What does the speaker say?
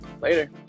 later